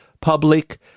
public